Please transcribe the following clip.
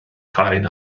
rhain